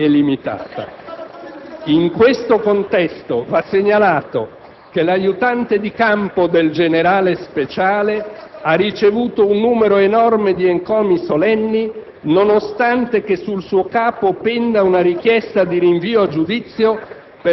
e delle finanze*. In questo contesto va considerata la valutazione condivisa dai generali Pappa e Favaro di una gestione complessivamente personalistica del Corpo